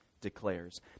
declares